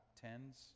tens